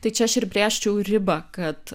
tai čia aš ir brėžčiau ribą kad